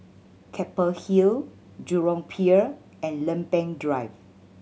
Keppel Hill Jurong Pier and Lempeng Drive